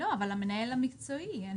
לא, אבל המנהל המקצועי.